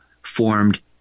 formed